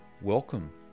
welcome